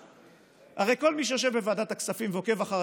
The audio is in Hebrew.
הרי כל מי שיושב בוועדת הכספים ועוקב אחר